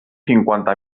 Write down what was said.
cinquanta